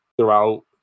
Throughout